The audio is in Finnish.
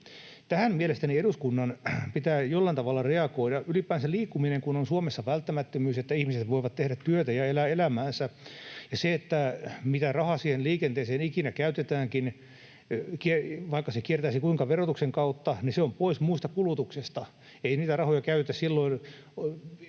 Tähän mielestäni eduskunnan pitää jollain tavalla reagoida, ylipäänsä liikkuminen kun on Suomessa välttämättömyys, niin että ihmiset voivat tehdä työtä ja elää elämäänsä, ja se raha, mitä liikenteeseen ikinä käytetäänkin, vaikka se kuinka kiertäisi verotuksen kautta, on pois muusta kulutuksesta. Ei niitä rahoja käytetä silloin